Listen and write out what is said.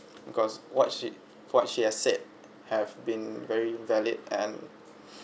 because what she what she has said have been very valid and